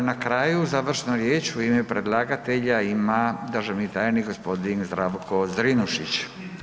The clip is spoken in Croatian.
I na kraju završnu riječ u ime predlagatelja ima državni tajnik gospodin Zdravko Zrinušić.